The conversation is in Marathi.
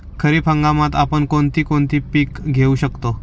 खरीप हंगामात आपण कोणती कोणती पीक घेऊ शकतो?